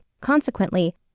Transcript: consequently